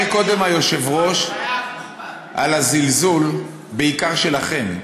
קודם דיבר היושב-ראש על הזלזול, בעיקר שלכם,